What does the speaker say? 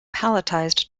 palletized